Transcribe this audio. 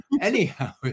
Anyhow